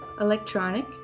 electronic